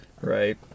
right